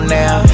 now